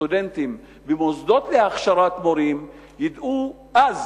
סטודנטים במוסדות להכשרת מורים ידעו אז,